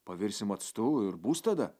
pavirsim actu ir bus tada